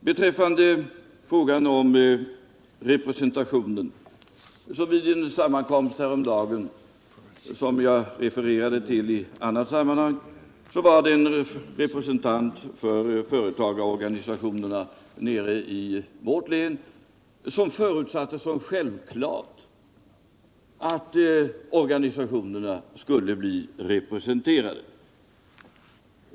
Beträffande representationen vill jag säga att vid en sammankomst häromdagen som jag har refererat till i annat sammanhang var det en representant för företagarorganisationerna nere i vårt län som förutsatte såsom självklart att organisationerna skulle bli representerade.